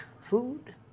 Food